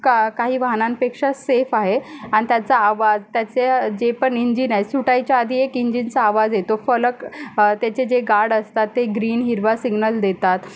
का काही वाहनांपेक्षा सेफ आहे आणि त्याचा आवाज त्याचं जे पण इंजिना आहे सुटायच्या आधी एक इंजिनचा आवाज येतो फलक त्याचे जे गार्ड असतात ते ग्रीन हिरवा सिग्नल देतात